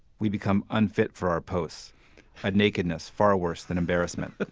we become unfit for our posts a nakedness far worse than embarrassment